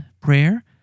prayer